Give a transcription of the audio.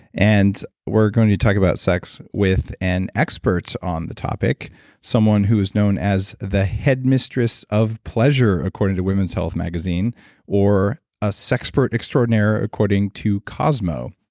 and we're going to talk about sex with and expert on the top someone who is known as the headmistress of pleasure, according to women's health magazine or a sexpert extraordinaire, according to cosmo.